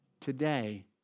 today